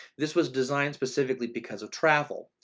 this was designed specifically because of travel.